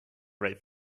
write